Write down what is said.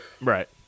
Right